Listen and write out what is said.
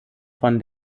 von